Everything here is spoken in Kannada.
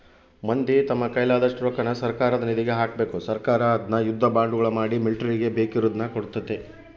ಮಂದಿ ತಮ್ಮ ಕೈಲಾದಷ್ಟು ರೊಕ್ಕನ ಸರ್ಕಾರದ ನಿಧಿಗೆ ಹಾಕಬೇಕು ಸರ್ಕಾರ ಅದ್ನ ಯುದ್ಧ ಬಾಂಡುಗಳ ಮಾಡಿ ಮಿಲಿಟರಿಗೆ ಬೇಕಿರುದ್ನ ಕೊಡ್ತತೆ